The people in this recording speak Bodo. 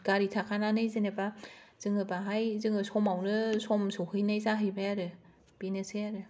गारि थाखानानै जेनेबा जोङो बाहाय जोङो समावनो सम सहैनाय जाहैबाय आरो बेनोसै आरो